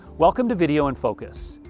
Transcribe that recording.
welcome to video in focus,